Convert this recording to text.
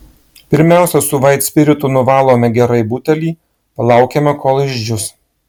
pirmiausia su vaitspiritu nuvalome gerai butelį palaukiame kol išdžius